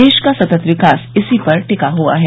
देश का सत्त विकास इसी पर टिका हुआ है